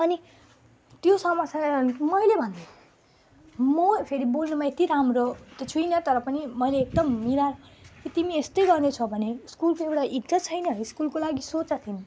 अनि त्यो समस्या मैले भनेँ म फेरि बोल्नुमा यति राम्रो त छुइनँ तर पनि मैले एकदम मिला कि तिमी यस्तै राम्रो छौ भने स्कुलको एउटा इज्जत छैन स्कुलको लागि सोच तिमी